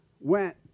went